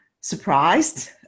surprised